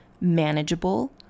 manageable